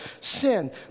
sin